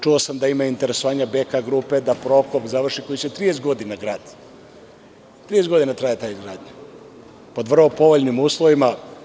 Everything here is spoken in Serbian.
Čuo sam da ima interesovanja „BK grupe“ da Prokop završi koji se 30 godina gradi, 30 godina traje ta izgradnja, pod vrlo povoljnim uslovima.